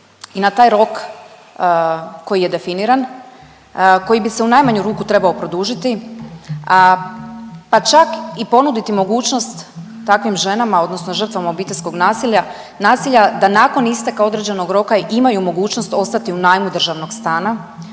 i na taj rok koji je definiran, koji bi se u najmanju ruku trebao produžiti, a pa čak i ponuditi mogućnost takvim ženama odnosno žrtvama obiteljskog nasilja da nakon isteka određenog roka imaju mogućnost ostati u najmu državnog stana